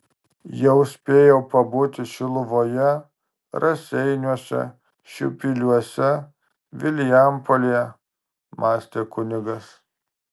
jau spėjau pabūti šiluvoje raseiniuose šiupyliuose vilijampolėje mąstė kunigas